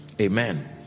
Amen